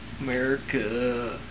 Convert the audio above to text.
America